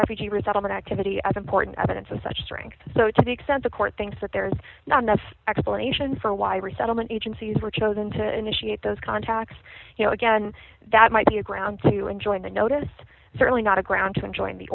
refugee resettlement activity as important evidence of such strength so to the extent the court thinks that there is not enough explanation for why resettlement agencies were chosen to initiate those contacts you know again that might be a grounds to enjoin that notice certainly not a ground to enjoin the